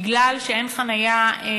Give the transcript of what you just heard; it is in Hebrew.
בגלל שאין מספיק